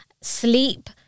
sleep